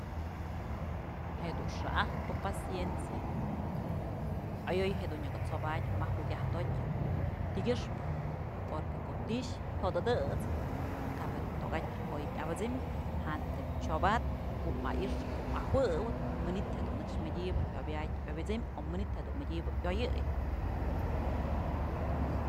Jedun xa'ajpë paciencia ayoy jedun nyaka t'sobadyë ma jukyajtotyën tikyëxpë porque ko'o ti'i jyot adësëp kap jedun tokatyë oy yabësëm jantëm chyobadpë ko'o a'ix ko'o ajueb manytë jedun nëkx mëdyëbë yobyad obyësëm manytë jedunmadyëbë yoyëy.